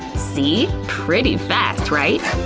see? pretty fast, right?